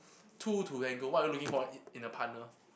two to tango what are you looking for in in a partner